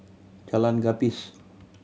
Jalan Gapis